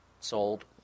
sold